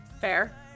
Fair